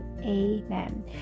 amen